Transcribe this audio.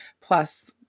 Plus